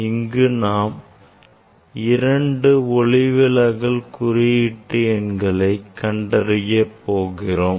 இங்கு நாம் இரண்டு ஒளிவிலகல் குறியீட்டு எண்களை கண்டறிய போகிறோம்